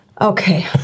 Okay